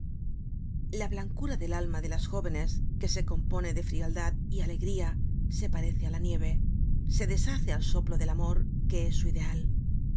la blancura del alma de las jóvenes que se compone de frialdad y alegría se parece á la nieve se deshace al soplo del amor que es su ideal